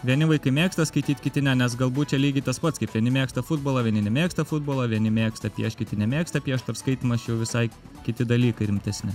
vieni vaikai mėgsta skaityt kiti ne nes galbūt čia lygiai tas pats kaip vieni mėgsta futbolą vieni nemėgsta futbolo vieni mėgsta piešt kiti nemėgsta piešt ar skaitymas čia jau visai kiti dalykai rimtesni